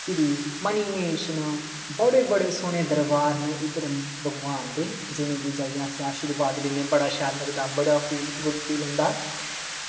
फिरी मणिमहेश न बड़े बड़े सौह्ने दरबार न इद्धर भगवान दे जिनेंगी जाइयै अस आशीर्वाद लैन्ने बड़ा शैल लगदा बड़ा फील गुड फील होंदा